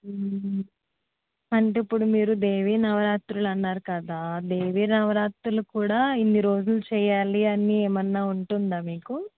అంటే ఇప్పుడు మీరు దేవీ నవరాత్రులు అన్నారు కదా దేవీ నవరాత్రులు కూడా ఇన్ని రోజులు చెయ్యాలి అని ఏమన్నా ఉంటుందా మీకు